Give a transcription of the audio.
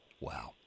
Wow